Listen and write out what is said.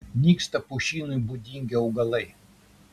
nyksta pušynui būdingi augalai